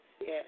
yes